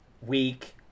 week